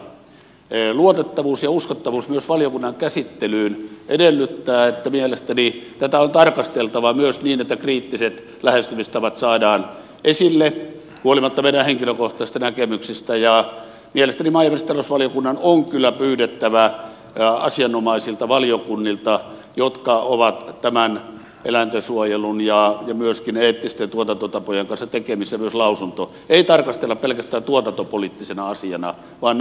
myös valiokunnan käsittelyn luotettavuus ja uskottavuus edellyttää että mielestäni tätä on tarkasteltava myös niin että kriittiset lähestymistavat saadaan esille huolimatta meidän henkilökohtaisista näkemyksistämme ja mielestäni maa ja metsätalousvaliokunnan on kyllä pyydettävä myös lausunto asianomaisilta valiokunnilta jotka ovat eläintensuojelun ja myöskin eettisten tuotantotapojen kanssa tekemisissä tarkasteltava tätä ei pelkästään tuotantopoliittisena asiana vaan nähtävä se laajemmin